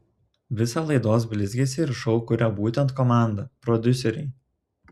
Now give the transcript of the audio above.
visą laidos blizgesį ir šou kuria būtent komanda prodiuseriai